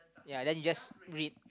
ya then you just read